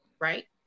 right